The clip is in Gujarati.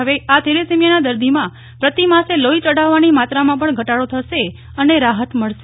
હવેઆ થેલેસેમિયાના દર્દીમાં પ્રતિમાસે લોહી ચઢાવવાની માત્રામાં પણ ઘટાડો થશે અને રાહત મળશે